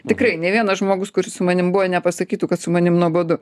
tikrai ne vienas žmogus kuris su manim buvo nepasakytų kad su manim nuobodu